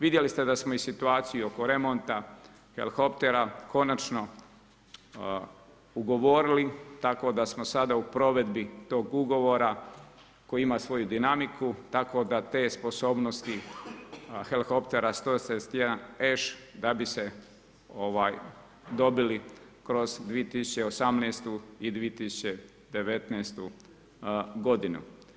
Vidjeli ste da smo i situaciju oko remonta helikoptera konačno ugovorili, tako da smo sada u provedbi tog ugovora koji ima svoju dinamiku, tako da te sposobnosti helikoptera 171EŠ da bi se dobili kroz 2018. i 2019. godinu.